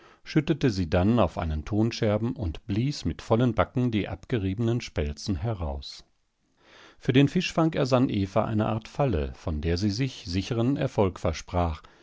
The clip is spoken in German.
schüttete sie dann auf einen tonscherben und blies mit vollen backen die abgeriebenen spelzen heraus für den fischfang ersann eva eine art falle von der sie sich sicheren erfolg versprach